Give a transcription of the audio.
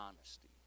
honesty